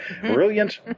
brilliant